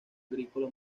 agrícola